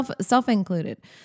self-included